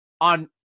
on –